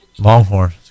Longhorn